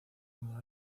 mudó